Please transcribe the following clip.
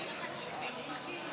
חקיקה להשגת יעדי התקציב)